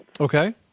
Okay